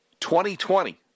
2020